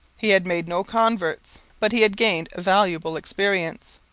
he had made no converts but he had gained valuable experience.